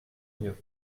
mieux